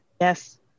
Yes